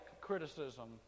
criticism